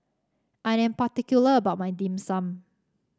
I am particular about my Dim Sum